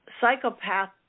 psychopath